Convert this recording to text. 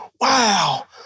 wow